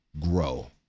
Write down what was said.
grow